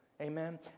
Amen